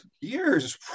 years